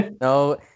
No